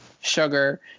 sugar